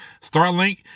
Starlink